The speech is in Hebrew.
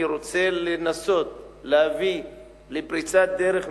אני רוצה לנסות להביא לפריצת דרך מדינית.